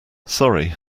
sorry